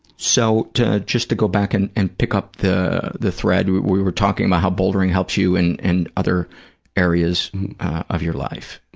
so, just to go back and and pick up the the thread, we were talking about how bouldering helps you in and other areas of your life.